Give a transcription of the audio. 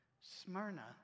Smyrna